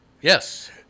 yes